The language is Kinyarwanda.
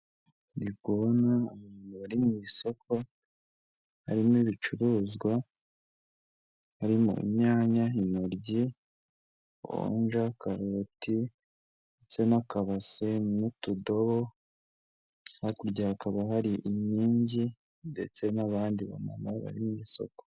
Ndi kubona abantu bari mu isoko, harimo ibicuruzwa, harimo inyanya, intoryi oranje, karoti ndetse n'akabase n'utudobo, hakurya hakaba hari inkingi ndetse n'abandi bari mu isoko.